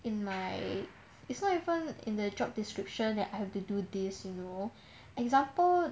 in my it's not even in the job description that I have to do this you know example